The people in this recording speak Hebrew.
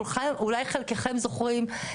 אולי חלקכם זוכרים,